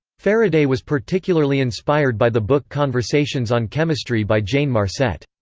faraday was particularly inspired by the book conversations on chemistry by jane marcet.